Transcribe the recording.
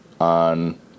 on